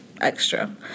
extra